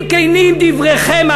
אם כנים דבריכם,